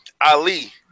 Ali